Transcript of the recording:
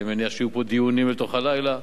אני מניח שיהיו פה דיונים אל תוך הלילה,